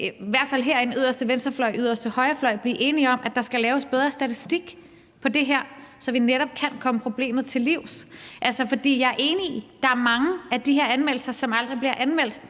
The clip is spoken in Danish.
i hvert fald herinde yderste venstrefløj og yderste højrefløj blive enige om, at der skal laves bedre statistik på det her, så vi netop kan komme problemet til livs? For jeg er enig i, at der er mange af de forbrydelser, som aldrig bliver anmeldt.